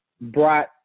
brought